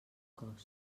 cost